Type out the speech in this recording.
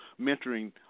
mentoring